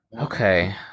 Okay